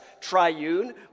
triune